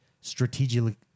strategically